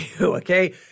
okay